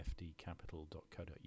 fdcapital.co.uk